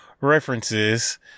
references